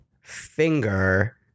finger